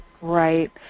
Right